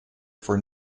for